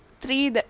three